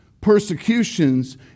persecutions